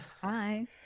Hi